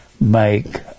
make